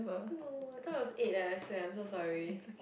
no I thought it was eight eh I swear I'm so sorry